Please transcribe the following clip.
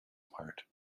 apart